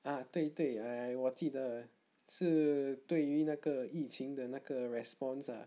ah 对对 ah 我记得是对于那个疫情的那个 response ah